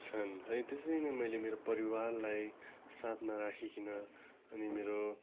छन् है त्यसरी नै मैले मेरो परिवारलाई साथमा राखिकिन अनि मेरो